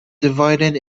divided